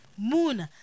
Moon